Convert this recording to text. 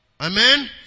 Amen